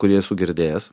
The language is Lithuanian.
kurį esu girdėjęs